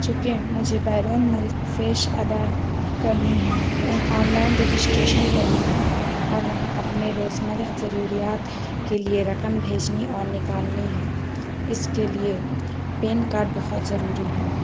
چونکہ مجھے بیرون ملک فیش ادا کرنی ہے ان آن لائن رجسٹریشن کرنی ہے اور وہاں اپنے روزمرہ ضروریات کے لیے رقم بھیجنی اور نکالنی ہے اس کے لیے پین کارڈ بہت ضروری ہے